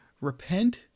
Repent